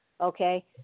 Okay